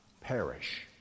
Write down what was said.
perish